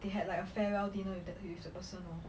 they had like a farewell dinner with the with the person lor